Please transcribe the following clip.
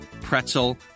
pretzel